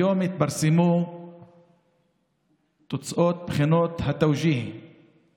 היום התפרסמו תוצאות בחינות התאוג'יהי